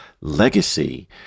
legacy